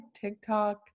tiktok